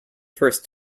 first